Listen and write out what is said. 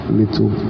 little